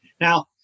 Now